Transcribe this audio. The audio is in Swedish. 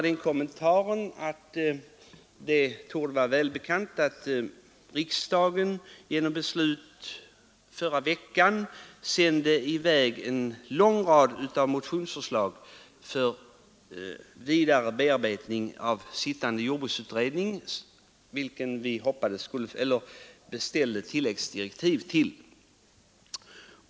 Det torde vara välbekant att riksdagen genom beslut förra veckan sände i väg en lång rad av motionsförslag för vidare bearbetning av den sittande jordbruksutredningen, till vilken vi beställde tilläggsdirektiv.